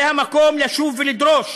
זה המקום לשוב ולדרוש